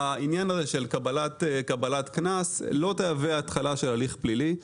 העניין של קבלת קנס לא יהווה התחלה של הליך פלילי.